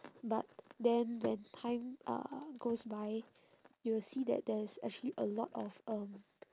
but then when time uh goes by you will see that there is actually a lot of um